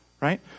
right